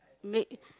make